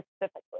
Specifically